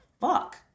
fuck